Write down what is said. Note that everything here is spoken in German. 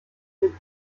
dem